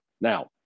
Now